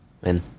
Win